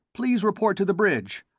please report to the bridge.